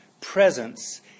presence